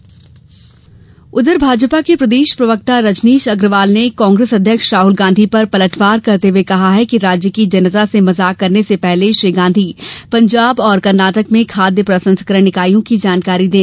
भाजपा पलटवार उधर भाजपा के प्रदेश प्रवक्ता रजनीश अग्रवाल ने कांग्रेस अध्यक्ष राहुल गांधी पर पलटवार करते हुए कहा कि राज्य की जनता से मजाक करने से पहले श्री गांधी पंजाब और कर्नाटक में खाद्य प्रसंस्करण इकाइयों की जानकारी दें